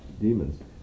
demons